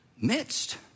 midst